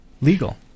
Legal